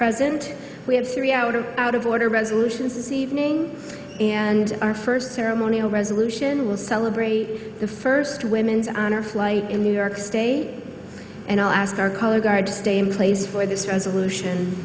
present we have three out of out of order resolutions this evening and our first ceremonial resolution will celebrate the first women's honor flight in new york state and i'll ask our color guard to stay in place for this resolution